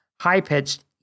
high-pitched